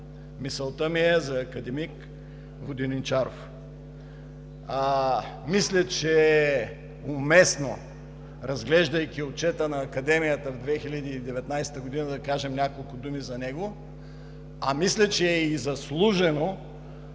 Мисълта ми е за академик Воденичаров. Мисля, че е уместно, разглеждайки Отчета на Академията в 2019 г., да кажем няколко думи за него. А мисля, че е и заслужено